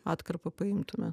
atkarpą paimtume